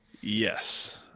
Yes